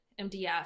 MDF